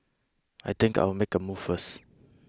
I think I'll make a move first